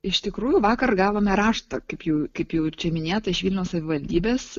iš tikrųjų vakar gavome raštą kaip jų kaip jau čia minėta iš vilniaus savivaldybės